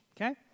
okay